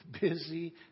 busy